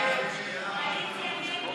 ההסתייגות (349)